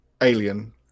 alien